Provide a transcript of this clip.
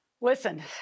Listen